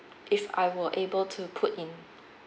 if I were able to put in